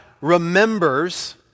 remembers